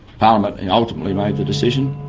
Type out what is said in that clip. parliament and ultimately made the decision.